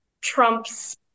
Trump's